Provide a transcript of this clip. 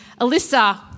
Alyssa